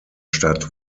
stadt